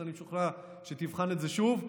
אני משוכנע שתבחן את זה שוב,